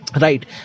right